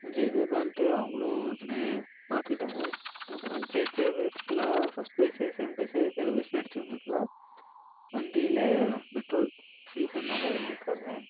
கொஞ்சம் இதுதான்ட்டு அவங்களும் பின்னாடியே பார்த்துக்கிட்டாங்க அப்புறம் ஜெயிச்ச பேர்த்துக்கெல்லாம் first prize second prize third prize அடிச்சவங்களுக்கெல்லாம் வண்டியில பெட்ரோல் ஃபில் பண்ணுணாங்க ஊர்காரங்க